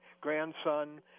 grandson